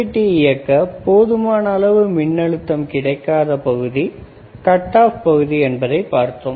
UJT யை இயக்க போதுமான அளவு மின்னழுத்தம் கிடைக்காத பகுதி கட் ஆஃப் பகுதி என்பதைப் பார்த்தோம்